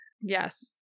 Yes